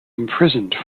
imprisoned